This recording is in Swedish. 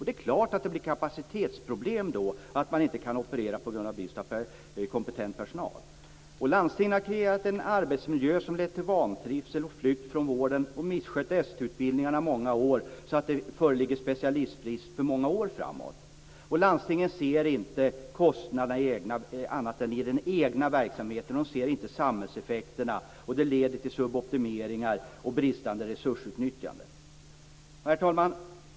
Det är klart att det då blir kapacitetsbrist, att man inte kan operera på grund av brist på kompetent personal. Landstingen har kreerat en arbetsmiljö som lett till vantrivsel och flykt från vården och har misskött ST utbildningarna under många år, så att det föreligger specialistbrist i många år framåt. Landstingen ser inte kostnaderna annat än i den egna verksamheten. De ser inte samhällseffekterna, och det leder till suboptimeringar och bristande resursutnyttjande. Herr talman!